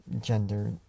gender